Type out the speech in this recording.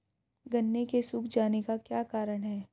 गन्ने के सूख जाने का क्या कारण है?